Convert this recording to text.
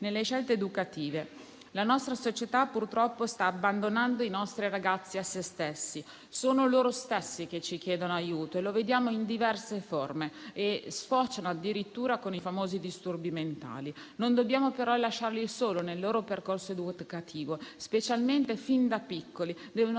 nelle scelte educative. La nostra società, purtroppo, sta abbandonando i nostri ragazzi a se stessi, sono loro stessi che ci chiedono aiuto e lo vediamo in diverse forme che sfociano addirittura con i famosi disturbi mentali. Non dobbiamo però lasciarli soli nel loro percorso educativo; fin da piccoli